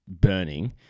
burning